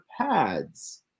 pads